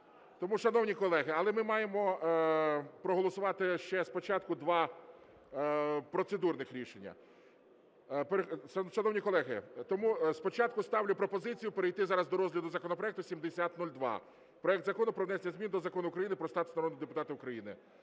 Тому, шановні колеги, але ми маємо проголосувати ще спочатку два процедурних рішення. Шановні колеги, тому спочатку ставлю пропозицію перейти зараз до розгляду законопроекту 7002, проект Закону про внесення змін до Закону України "Про статус народного депутата України".